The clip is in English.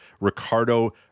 Ricardo